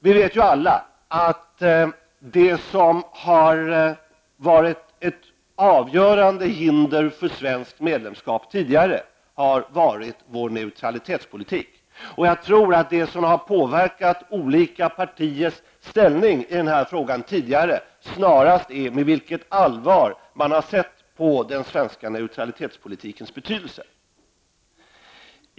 Vi vet ju alla att det är vår neutralitetspolitik som tidigare har varit ett avgörande hinder för svenskt medlemskap. Jag tror att det som har påverkat olika partiers ställningstaganden i denna fråga snarast är det allvar med vilket man har sett på neutralitetpolitikens betydelse.